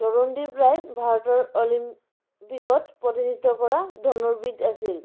অৰুণদীপ ৰায় ভাৰতৰ অলিম্পিকত প্ৰতিনিধিত্ব কৰা ধনুৰ্বিদ আছিল